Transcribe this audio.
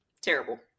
Terrible